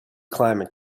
climate